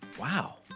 wow